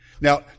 Now